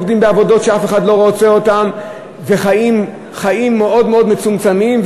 עובדים בעבודות שאף אחד לא רוצה אותן וחיים חיים מאוד מאוד מצומצמים.